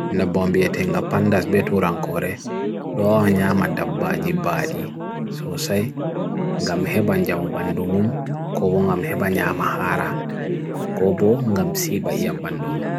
nobbon biyetin ga pandas betu rankurai wo nyaman dabba jibbadi sosai nga muhibbajanban dumum ko kuma ga muhibban nyama hara ko ko muhisiba iya pandimo